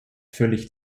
völlig